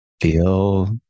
Feel